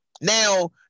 Now